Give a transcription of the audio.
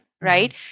right